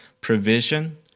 provision